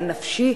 הנפשי,